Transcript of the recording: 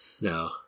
No